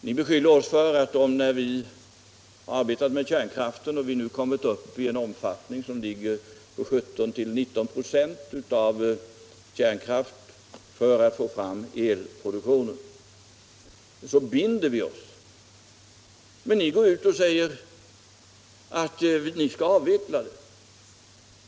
Ni beskyller oss för att vi binder oss, när vi arbetat med kärnkraften och kommit upp i en omfattning av 17-19 96 av elproduktionen. Men ni går ut och säger att ni skall avveckla den.